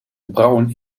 gebrouwen